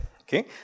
okay